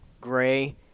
gray